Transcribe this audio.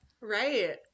Right